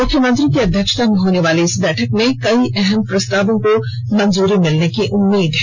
मुख्यमंत्री की अध्यक्षता में होने वाली इस बैठक में कई अहम प्रस्तावों को मंजूरी मिलने की उम्मीद है